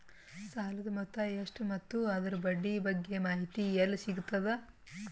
ಸಾಲದ ಮೊತ್ತ ಎಷ್ಟ ಮತ್ತು ಅದರ ಬಡ್ಡಿ ಬಗ್ಗೆ ಮಾಹಿತಿ ಎಲ್ಲ ಸಿಗತದ?